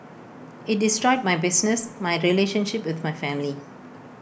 IT destroyed my business my relationship with my family